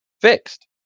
fixed